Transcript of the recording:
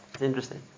interesting